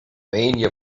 mania